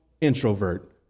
introvert